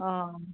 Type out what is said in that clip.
हय